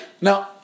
No